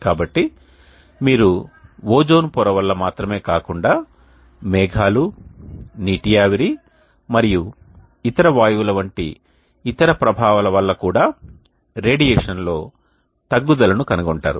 కాబట్టి మీరు ఓజోన్ పొర వల్ల మాత్రమే కాకుండా మేఘాలు నీటి ఆవిరి మరియు ఇతర వాయువుల వంటి ఇతర ప్రభావాల వల్ల కూడా రేడియేషన్లో తగ్గుదల ను కనుగొంటారు